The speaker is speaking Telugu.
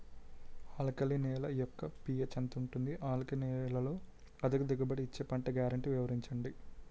ఆల్కలి నేల యెక్క పీ.హెచ్ ఎంత ఉంటుంది? ఆల్కలి నేలలో అధిక దిగుబడి ఇచ్చే పంట గ్యారంటీ వివరించండి?